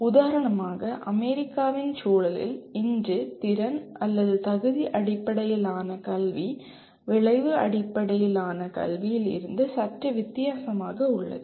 உதாரணமாக அமெரிக்காவின் சூழலில் இன்று திறன்தகுதி அடிப்படையிலான கல்வி விளைவு அடிப்படையிலான கல்வியில் இருந்து சற்று வித்தியாசமாக உள்ளது